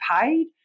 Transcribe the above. paid